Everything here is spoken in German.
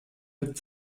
mit